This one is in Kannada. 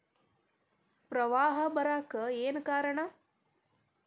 ಪ್ರವಾಹ ಬರಾಕ್ ಏನ್ ಕಾರಣ?